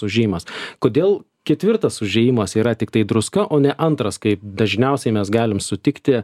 užėjimas kodėl ketvirtas užėjimas yra tiktai druska o ne antras kaip dažniausiai mes galim sutikti